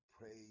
Praise